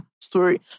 story